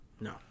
No